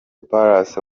palace